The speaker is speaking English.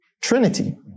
trinity